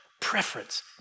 preference